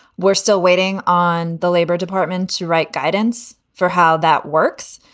we're still waiting on the labor department to write guidance for how that works.